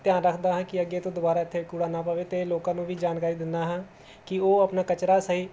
ਧਿਆਨ ਰੱਖਦਾ ਹਾਂ ਕਿ ਅੱਗੇ ਤੋਂ ਦੁਬਾਰਾ ਇੱਥੇ ਕੂੜਾ ਨਾ ਪਵੇ ਅਤੇ ਲੋਕਾਂ ਨੂੰ ਵੀ ਜਾਣਕਾਰੀ ਦਿੰਦਾ ਹਾਂ ਕਿ ਉਹ ਆਪਣਾ ਕਚਰਾ ਸਹੀ